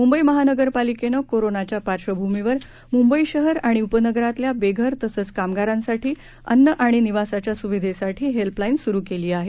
मुंबई महानगरपालिकेनं कोरोनाच्या पार्श्वभूमीवर मुंबई शहर आणि उपनगरांतल्या बेघर तसंच कामगारांसाठी अन्न आणि निवासाच्या सुविधेसाठी हेल्पलाईन सुरु केली आहे